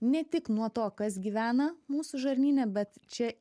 ne tik nuo to kas gyvena mūsų žarnyne bet čia